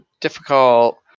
difficult